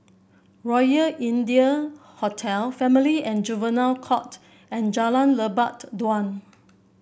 Royal India Hotel Family and Juvenile Court and Jalan Lebat Daun